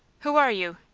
who are you?